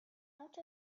out